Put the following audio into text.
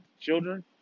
children